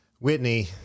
Whitney